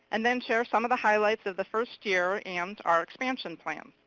and then share some of the highlights of the first year, and our expansion plans.